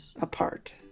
apart